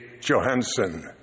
Johansson